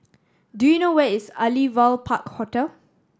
do you know where is Aliwal Park Hotel